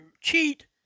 cheat